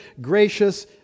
gracious